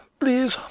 please,